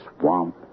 swamp